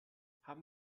haben